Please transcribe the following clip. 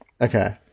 Okay